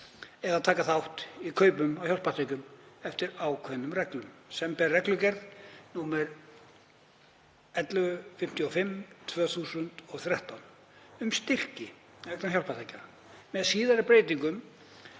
eða taka þátt í kaupum á hjálpartækjum eftir ákveðnum reglum, samanber reglugerð nr. 1155/2013 um styrki vegna hjálpartækja, með síðari breytingum,